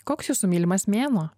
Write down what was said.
koks jūsų mylimas mėnuo